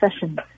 sessions